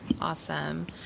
Awesome